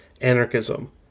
anarchism